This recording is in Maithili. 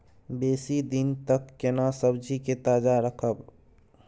बेसी दिन तक केना सब्जी के ताजा रखब?